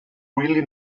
really